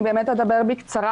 אני אדבר בקצרה.